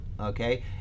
okay